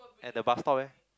at the bus stop eh